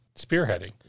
spearheading